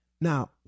Now